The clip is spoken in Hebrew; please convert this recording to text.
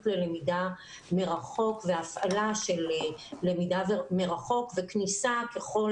ללמידה מרחוק והפעלה של למידה מרחוק וכניסה ככל